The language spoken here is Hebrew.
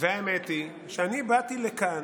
האמת היא שאני באתי לכאן,